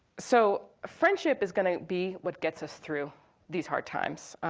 so friendship is gonna be what gets us through these hard times.